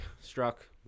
struck